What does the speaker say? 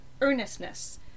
earnestness